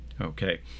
Okay